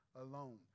alone